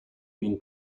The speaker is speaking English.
been